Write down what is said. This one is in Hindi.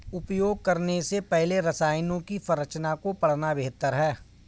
उपयोग करने से पहले रसायनों की संरचना को पढ़ना बेहतर है